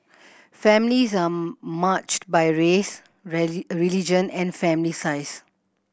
families are matched by race religion and family size